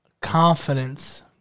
confidence